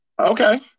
Okay